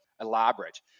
elaborate